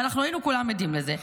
והיינו כולם עדים לזה,